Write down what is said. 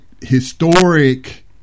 historic